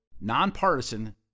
nonpartisan